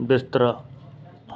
ਬਿਸਤਰਾ